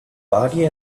party